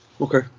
Okay